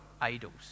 Idols